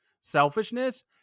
selfishness